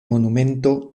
monumento